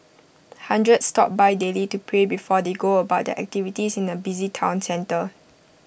hundreds stop by daily to pray before they go about their activities in the busy Town centre